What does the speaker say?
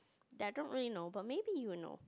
that I don't really know but maybe you will know